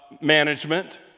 management